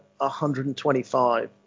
125